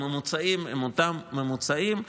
הממוצעים הם אותם ממוצעים.